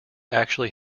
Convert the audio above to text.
actually